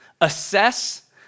assess